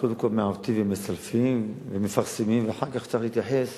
אז קודם כול מעוותים ומסלפים ומפרסמים ואחר כך צריך להתייחס